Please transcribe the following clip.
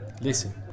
Listen